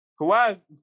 Kawhi